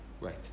right